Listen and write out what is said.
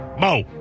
Mo